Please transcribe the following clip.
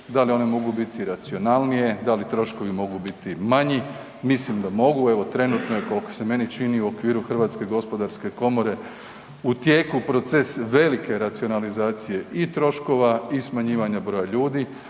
Da li one mogu biti i racionalnije, da li troškovi mogu biti manji, mislim da mogu. Evo, trenutno je, koliko se meni čini, u okviru HGK u tijeku proces velike racionalizacije i troškova i smanjivanja broja ljudi,